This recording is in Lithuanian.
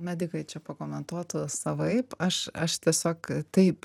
medikai čia pakomentuotų savaip aš aš tiesiog taip